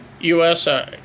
USA